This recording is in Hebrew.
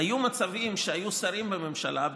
היו מצבים שהיו שרים בממשלה,